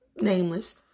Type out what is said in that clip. nameless